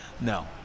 No